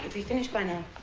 be finished by now